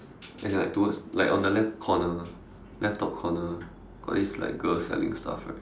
as in like towards like on the left corner left top corner got this girl selling stuff right